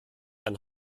ein